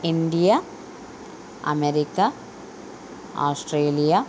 India America Australia